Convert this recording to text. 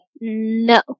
No